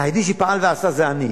היחידי שפעל ועשה זה אני,